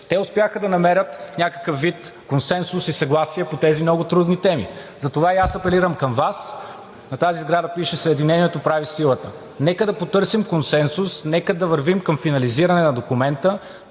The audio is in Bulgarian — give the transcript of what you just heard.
Те успяха да намерят някакъв вид консенсус и съгласие по тези много трудни теми. За това и аз апелирам към Вас, на тази сграда пише: „Съединението прави силата“, нека да потърсим консенсус, нека да вървим към финализиране на документа,